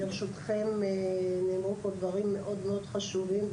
ברשותכם, נאמרו פה דברים מאוד מאוד חשובים.